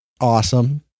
awesome